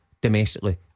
Domestically